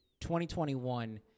2021